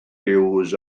huws